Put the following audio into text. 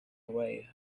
away